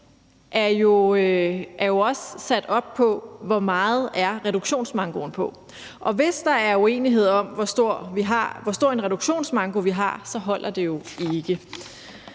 er jo også sat op på, hvor meget reduktionsmankoen er på, og hvis der er uenighed om, hvor stor en reduktionsmanko vi har, holder det jo ikke.